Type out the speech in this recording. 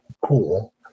cool